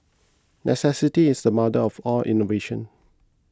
necessity is the mother of all innovation